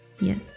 Yes